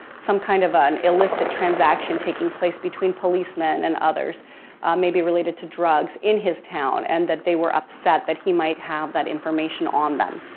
some kind of an elicit transaction taking place between policemen and others maybe related to drugs in his town, and that they were upset that he might have that information on them.